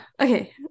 okay